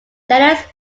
genus